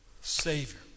Savior